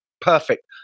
perfect